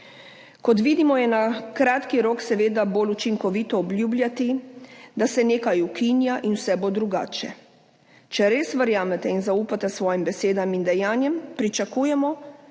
Kot vidimo, je na kratki rok seveda bolj učinkovito obljubljati, da se nekaj ukinja in vse bo drugače. Če res verjamete in zaupate svojim besedam in dejanjem, pričakujemo,